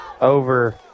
over